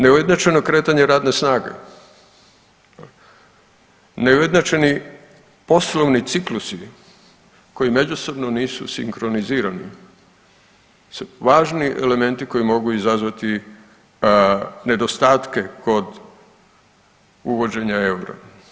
Neujednačeno kretanje radne snage, neujednačeni poslovni ciklusi koji međusobno nisu sinkronizirani, važni elementi koji mogu izazvati nedostatke kod uvođenja eura.